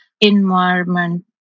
environment